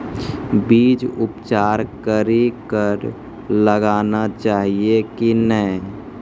बीज उपचार कड़ी कऽ लगाना चाहिए कि नैय?